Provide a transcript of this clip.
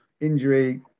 injury